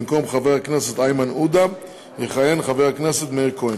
במקום חבר הכנסת איימן עודה יכהן חבר הכנסת מאיר כהן.